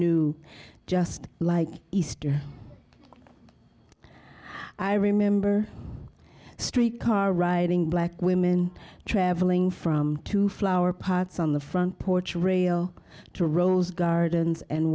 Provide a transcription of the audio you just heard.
new just like easter i remember street car riding black women traveling from two flower pots on the front porch rail to rose gardens and